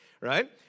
Right